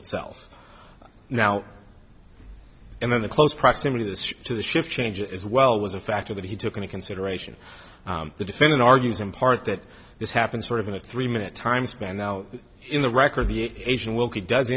itself now and then the close proximity the to the shift change as well was a factor that he took into consideration the defendant argues in part that this happened sort of in the three minute time span now in the record the asian will he d